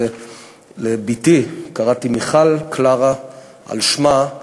ולבתי קראתי מיכל קלרה על שמה,